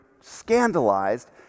scandalized